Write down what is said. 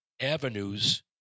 avenues